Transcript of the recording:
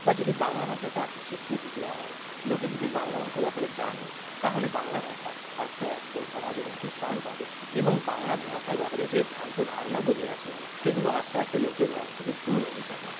বা যদি বাংলা ভাষাকে আর একটু স্বীকৃতি দেওয়া হয় লোকে যদি বাংলা ভাষার ব্যাপারে জানে তাহলে বাংলা ভাষা আস্তে আস্তে সমাজে উঁচু স্থান পাবে এবং বাংলা ভাষার ব্যাপারে যেই ভ্রান্ত ধারণাগুলি আছে সেগুলো আস্তে আস্তে লোকের মন থেকে দূর হয়ে যাবে